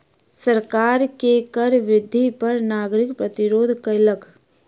सरकार के कर वृद्धि पर नागरिक प्रतिरोध केलक